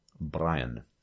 Brian